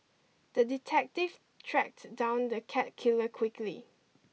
the detective tracked down the cat killer quickly